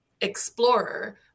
explorer